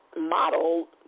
model